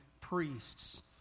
priests